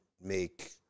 make